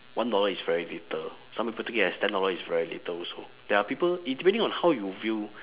one dollar is very little some people take it as ten dollar is very little also there are people it depending on how you view